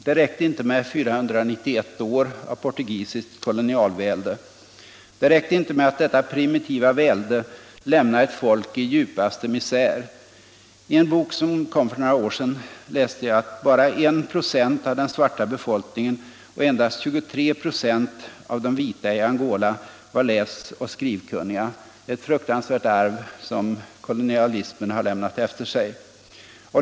Det räcker inte med 491 år av portugisiskt kolonialvälde. Det räcker inte med att detta primitiva välde lämnade ett folk i djupaste misär. I en bok, som kom för några år sedan, läste jag att bara I procent av den svarta befolkningen och endast 23 procent av de vita i Angola var läsoch skrivkunniga — ett fruktansvärt arv som kolonialismen har lämnat efter sig.